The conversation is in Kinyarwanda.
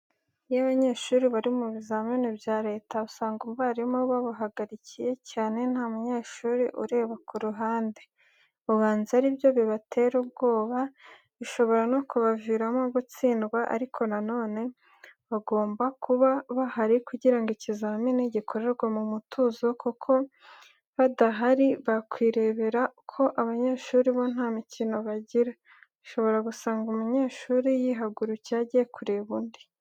Iyo abanyeshuri bari mu bizamini bya leta usanga abarimu babahagarikiye cyane nta munyeshuri ureba ku ruhande, ubanza ari byo bibatera ubwoba, bishobora no kubaviramo gutsindwa ariko na none bagomba kuba bahari kugira ngo ikizamini gikorerwe mu mutuzo kuko badahari wakwirebera ko abanyeshuri bo nta mikino bagira, ushobora gusanga umunyeshuri yihagurukiye agiye kureba undi.